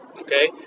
Okay